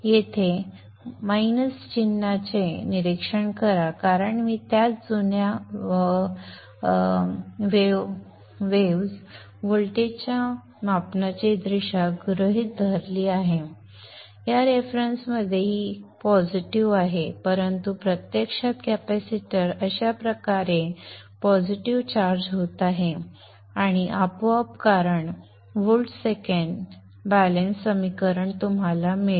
येथे वजा चिन्हाचे निरीक्षण करा कारण मी त्याच जुन्या वेव्हफॉर्म्स व्होल्टेजच्या मापनाची दिशा गृहीत धरली आहे आणि या संदर्भात ही पॉझिटिव्ह आहे परंतु प्रत्यक्षात कॅपेसिटर अशा प्रकारे पॉझिटिव्ह चार्ज होत आहे आणि आपोआप कारण व्होल्ट सेकंद बॅलेन्स समीकरण तुम्हाला मिळेल